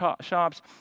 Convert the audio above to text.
shops